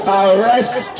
arrest